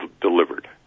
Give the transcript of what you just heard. delivered